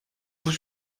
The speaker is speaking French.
vous